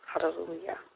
hallelujah